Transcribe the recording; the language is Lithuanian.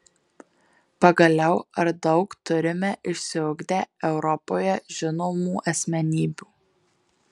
pagaliau ar daug turime išsiugdę europoje žinomų asmenybių